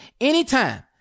anytime